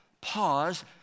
pause